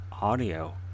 audio